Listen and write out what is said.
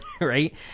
right